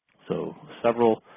so several